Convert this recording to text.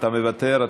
אתה מוותר?